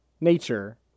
nature